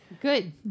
Good